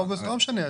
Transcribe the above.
לא משנה,